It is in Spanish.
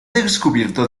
descubierto